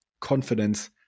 confidence